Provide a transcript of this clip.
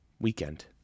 weekend